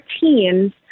teams